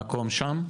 מקום שם?